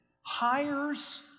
Hires